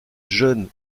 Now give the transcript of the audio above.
jeune